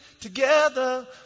together